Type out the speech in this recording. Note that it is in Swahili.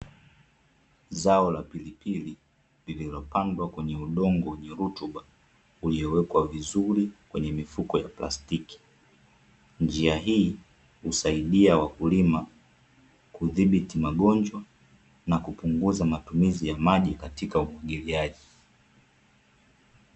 Zao la pilipili lililopandwa kwenye udongo wenye rutuba, uliowekwa vizuri kwenye mifuko ya plastiki, njia hii husaidia wakulima kudhibiti magonjwa, na kupunguza matumizi ya maji katika umwagiliaji.